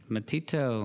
Matito